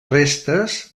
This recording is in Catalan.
restes